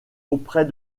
auprès